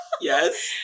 Yes